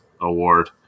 award